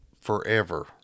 forever